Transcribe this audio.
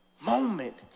moment